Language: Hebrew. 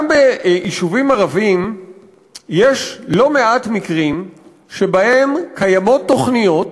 גם ביישובים ערביים יש לא מעט מקרים שקיימות תוכניות